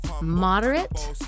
moderate